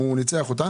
הוא ניצח אותה